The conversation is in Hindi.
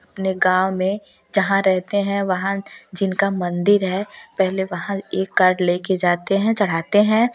अपने गाँव में जहाँ रहते हैं वहाँ जिनका मंदिर है पहले वहाँ एक कार्ड लेके जाते हैं चढ़ाते हैं